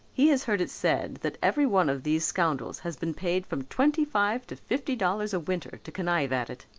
he has heard it said that everyone of these scoundrels has been paid from twenty-five to fifty dollars a winter to connive at it.